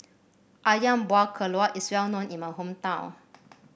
ayam Buah Keluak is well known in my hometown